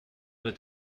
wird